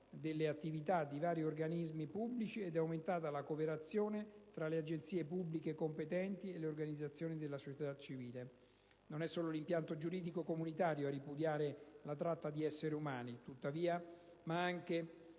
delle attività di vari organismi pubblici ed è aumentata la cooperazione tra le agenzie pubbliche competenti e le organizzazioni della società civile. Tuttavia, non è solo l'impianto giuridico comunitario a ripudiare la tratta di esseri umani, in quanto